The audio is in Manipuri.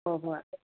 ꯍꯣꯏ ꯍꯣꯏ